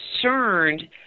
concerned